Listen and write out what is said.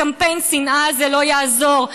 קמפיין השנאה לא יעזור.